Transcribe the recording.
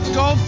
go